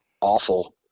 awful